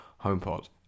HomePod